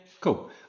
cool